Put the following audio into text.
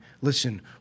listen